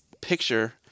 picture